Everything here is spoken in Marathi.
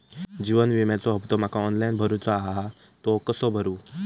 जीवन विम्याचो हफ्तो माका ऑनलाइन भरूचो हा तो कसो भरू?